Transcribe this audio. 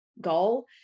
goal